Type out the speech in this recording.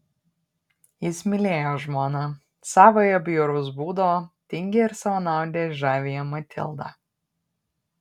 jis mylėjo žmoną savąją bjauraus būdo tingią ir savanaudę žaviąją matildą